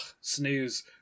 snooze